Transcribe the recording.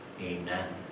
Amen